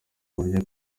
uburyo